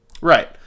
right